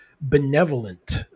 benevolent